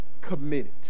committed